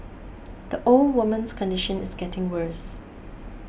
the old woman's condition is getting worse